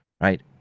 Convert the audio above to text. Right